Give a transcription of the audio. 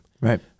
Right